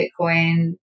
Bitcoin